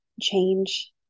change